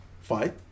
fight